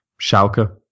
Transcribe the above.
Schalke